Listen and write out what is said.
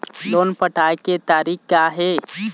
Loan पटाए के तारीख़ का हे?